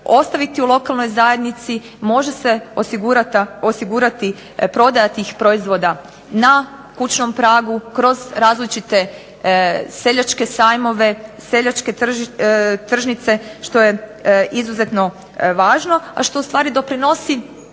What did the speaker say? ostaviti u lokalnoj zajednici, može se osigurati prodaja tih proizvoda na kućnom pragu, kroz različite seljačke sajmove, seljačke tržnice što je izuzetno važno a što u stvari doprinosi